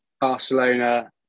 Barcelona